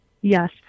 Yes